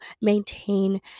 maintain